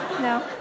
No